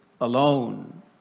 alone